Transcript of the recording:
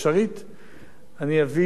אני אביא לפני שר החוץ,